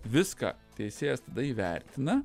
viską teisėjas tada įvertina